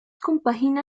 compagina